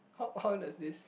how how does this